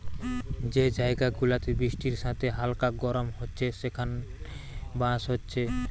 যে জায়গা গুলাতে বৃষ্টির সাথে হালকা গরম হচ্ছে সেখানে বাঁশ হচ্ছে